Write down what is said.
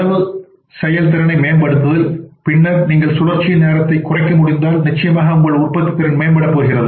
செலவு செயல்திறனை மேம்படுத்துதல் பின்னர் நீங்கள் சுழற்சியின் நேரத்தை குறைக்க முடிந்தால் நிச்சயமாக உங்கள் உற்பத்தித்திறன் மேம்படப் போகிறது